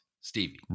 Stevie